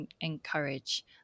encourage